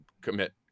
commit